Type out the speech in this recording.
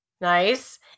Nice